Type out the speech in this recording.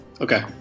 Okay